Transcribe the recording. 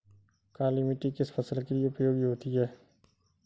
काली मिट्टी किस फसल के लिए उपयोगी होती है?